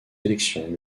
élections